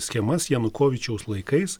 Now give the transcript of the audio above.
schemas janukovyčiaus laikais